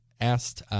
asked